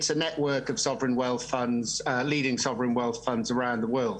זאת רשת של קרנות העושר הריבוניות המובילות בעולם.